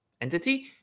entity